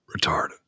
retarded